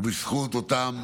ובזכות אותם